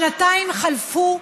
שנתיים חלפו,